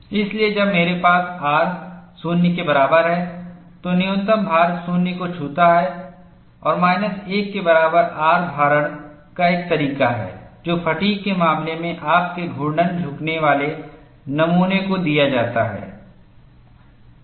इसलिए जब मेरे पास R 0 के बराबर है तो न्यूनतम भार 0 को छूता है और माइनस 1 के बराबर R भारण का एक तरीका है जो फ़ैटिग् के मामले में आपके घूर्णन झुकने वाले नमूने को दिया जाता है